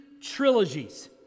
trilogies